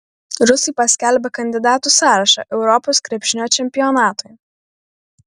rusai paskelbė kandidatų sąrašą europos krepšinio čempionatui